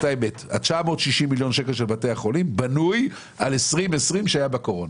ה-960 של בתי החולים בנוי על 2020 שהיה בקורונה.